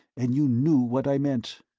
and you knew what i meant.